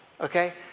Okay